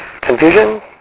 Confusion